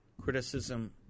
criticism